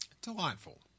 Delightful